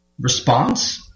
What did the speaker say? response